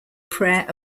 prayer